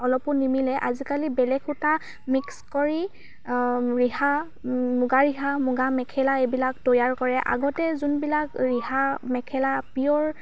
অলপো নিমিলে আজিকালি বেলেগ সূতা মিক্স কৰি ৰিহা মুগা ৰিহা মুগা মেখেলা এইবিলাক তৈয়াৰ কৰে আগতে যোনবিলাক ৰিহা মেখেলা পিয়ৰ